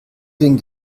den